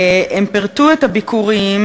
הם פירטו את הביקורים,